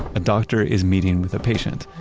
a doctor is meeting with a patient,